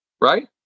right